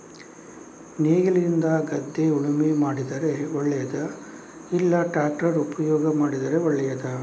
ನೇಗಿಲಿನಿಂದ ಗದ್ದೆ ಉಳುಮೆ ಮಾಡಿದರೆ ಒಳ್ಳೆಯದಾ ಇಲ್ಲ ಟ್ರ್ಯಾಕ್ಟರ್ ಉಪಯೋಗ ಮಾಡಿದರೆ ಒಳ್ಳೆಯದಾ?